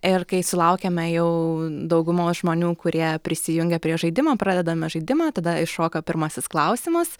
ir kai sulaukiame jau daugumos žmonių kurie prisijungia prie žaidimo pradedame žaidimą tada iššoka pirmasis klausimas